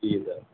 جی سر